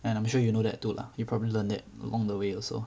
and I'm sure you know that too lah you probably learned along the way also